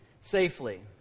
safely